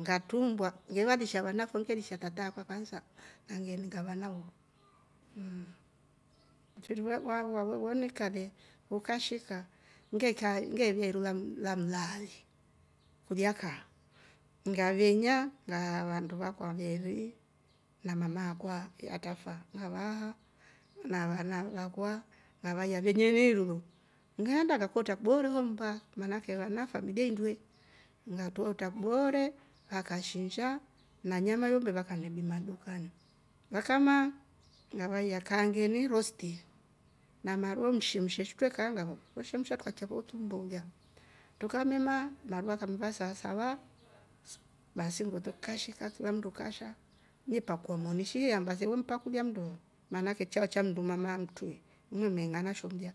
ngatrumbua yo valesha vana fo ngelisha tata akwa kwansa na nganeeninga vana vo mmm, mfiri wa- wa we wonika le ukashika ngeekya nge vyaa iru la mlaali kulya kaa ngavenya ngaa vandu vakwa veeri na mama akwa atrafa ngavaha na vana vakwa veneyni iru ngeenda ngakoorta kiboora ho mmba manake na familia hi nndwe ngatrota kibooro vakashinsha na nyama ya umbe vakame bima dukani, vaka maa ngavaiya kaangeni rosti na maru oh mshemshe trukaikya fo kimmbo lya trukamme maa navo vakamme va sava sava baasi nndo kilya kikasha kila mnndu kasha ne pakua moni shi iyamba se we mpakulia mmndu fo manake chao cha mmndu mama mtwre ye me ng'ana sho mlya